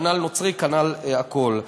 כנ"ל נוצרי, כנ"ל הכול.